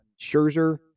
Scherzer